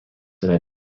yra